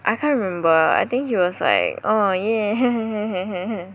I can't remember I think he was like uh yeah